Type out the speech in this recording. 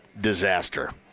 disaster